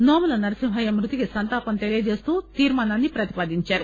నోముల నర్పింహయ్య మృతికి సంతాపం తెలియచేస్తూ తీర్మానాన్ని ప్రతిపాదించారు